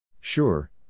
Sure